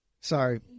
Sorry